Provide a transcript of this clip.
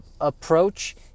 approach